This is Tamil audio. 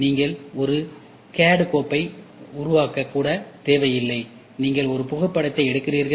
நீங்கள் ஒரு சிஏடி கோப்பை உருவாக்க கூட தேவையில்லை நீங்கள் ஒரு புகைப்படத்தை எடுக்கிறீர்கள்